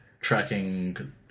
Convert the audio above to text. tracking